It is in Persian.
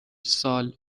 سال